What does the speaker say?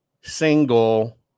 single